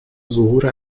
ظهور